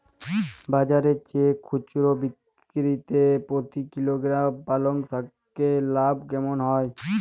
বাজারের চেয়ে খুচরো বিক্রিতে প্রতি কিলোগ্রাম পালং শাকে লাভ কেমন হয়?